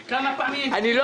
אחמד, אני לא